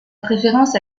préférence